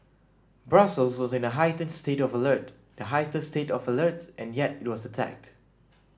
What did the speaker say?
Brussels was in a heightened state of alert the highest state of alert and yet it was attacked